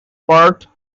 part